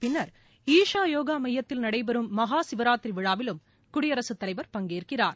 பின்னர் ாஷா யோகா மையத்தில் நடைபெறும் மகாசிவராத்திரி விழாவிலும் குடியரசு தலைவர் பங்கேற்கிறார்